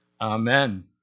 Amen